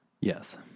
Yes